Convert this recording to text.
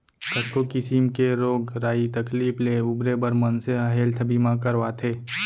कतको किसिम के रोग राई तकलीफ ले उबरे बर मनसे ह हेल्थ बीमा करवाथे